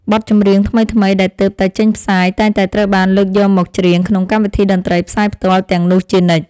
បទចម្រៀងថ្មីៗដែលទើបតែចេញផ្សាយតែងតែត្រូវបានលើកយកមកច្រៀងក្នុងកម្មវិធីតន្ត្រីផ្សាយផ្ទាល់ទាំងនោះជានិច្ច។